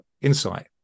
insight